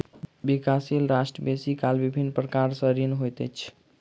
विकासशील राष्ट्र बेसी काल विभिन्न प्रकार सँ ऋणी होइत अछि